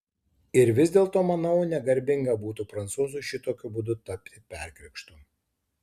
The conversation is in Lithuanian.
ir vis dėlto manau negarbinga būtų prancūzui šitokiu būdu tapti perkrikštu